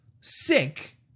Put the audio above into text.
sick